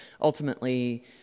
ultimately